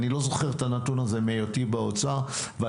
לא זוכר את הנתון הזה מהיותי באוצר אבל